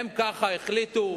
ככה הן החליטו.